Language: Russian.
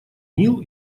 нил